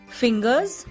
fingers